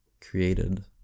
created